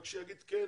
רק שיגיד כן,